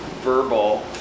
verbal